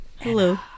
hello